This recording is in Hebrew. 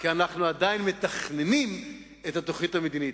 כי אנחנו עדיין מתכננים את התוכנית המדינית.